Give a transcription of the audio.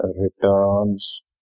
returns